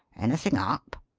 anything up?